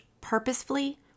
purposefully